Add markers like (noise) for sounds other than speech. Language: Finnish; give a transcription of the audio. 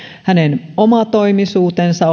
hänen omatoimisuutensa (unintelligible)